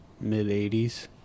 mid-80s